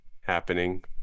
happening